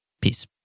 Peace